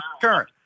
current